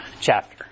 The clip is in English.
chapter